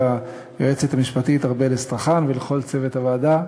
ליועצת המשפטית ארבל אסטרחן ולכל צוות הוועדה.